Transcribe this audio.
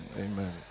Amen